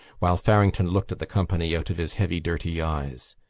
while farrington looked at the company out of his heavy dirty eyes,